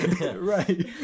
right